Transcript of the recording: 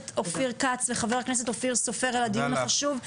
חה"כ אופיר כץ וחה"כ אופיר סופר על הדיון החשוב,